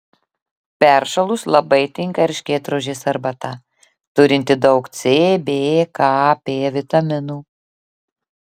peršalus labai tinka erškėtrožės arbata turinti daug c b k p vitaminų